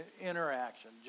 Interaction